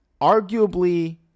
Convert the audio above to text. arguably